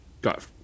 got